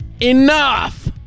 enough